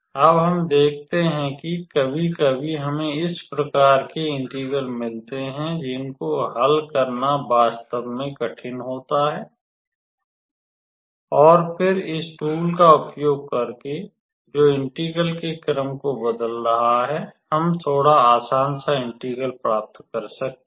अब हम देखते हैं कि कभी कभी हमैं इस प्रकार के इंटेग्र्ल मिलते हैं जिनको हल करना वास्तव में कठिन होता है और फिर इस टूल का उपयोग करके जो इंटेग्र्ल के क्रम को बदल रहा है हम थोड़ा आसान सा इंटीग्रल प्राप्त कर सकते हैं